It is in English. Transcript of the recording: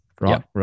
right